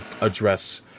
address